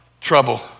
trouble